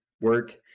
work